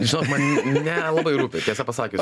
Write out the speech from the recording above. žinok man nelabai rūpi tiesą pasakius